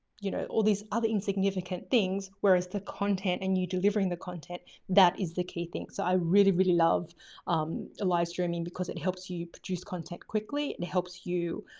you know, all these other insignificant things, whereas the content and you delivering the content that is the key thing. so i really, really love um ah live streaming because it helps you produce content quickly and it helps you,